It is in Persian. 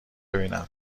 بیینم